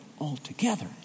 altogether